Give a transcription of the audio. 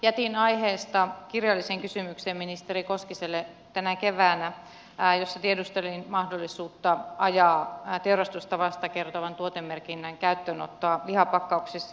jätin aiheesta tänä keväänä ministeri koskiselle kirjallisen kysymyksen jossa tiedustelin mahdollisuutta ajaa teurastustavasta kertovan tuotemerkinnän käyttöönottoa lihapakkauksissa